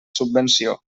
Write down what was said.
subvenció